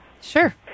Sure